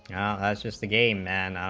has just a gay man,